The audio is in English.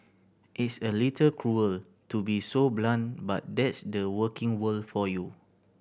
it's a little cruel to be so blunt but that's the working world for you